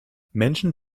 menschen